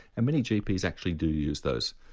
and many gps actually do use those.